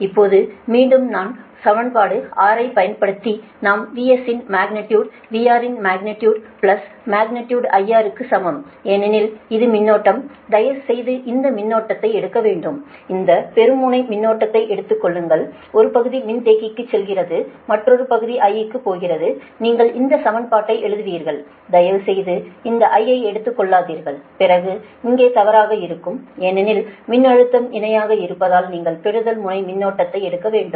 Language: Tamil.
இப்போது மீண்டும் நாம் சமன்பாடு 6 ஐப் பயன்படுத்தி நாம் VS இன் மக்னிடியுடு VR இன் மக்னிடியுடு பிளஸ் மக்னிடியுடு IR க்கு சமம் ஏனெனில் இது மின்னோட்டம் தயவுசெய்து இந்த மின்னோட்டத்தை எடுக்க வேண்டாம் இந்த பெறும் முனை மின்னோட்டத்தை எடுத்துக் கொள்ளுங்கள் ஒரு பகுதி மின்தேக்கிக்குச் செல்கிறது மற்றொரு பகுதி I க்கு போகிறது நீங்கள் இந்த சமன்பாட்டை எழுதுவீர்கள் தயவுசெய்து இந்த I ஐ எடுத்துக் கொள்ளாதீர்கள் பிறகு இங்கே தவறாக இருக்கும் ஏனெனில் மின்னழுத்தம் இணையாக இருப்பதால் நீங்கள் பெறுதல் முனை மின்னோட்டத்தை எடுக்க வேண்டும்